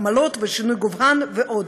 עמלות ושינוי גובהן ועוד.